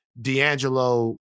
D'Angelo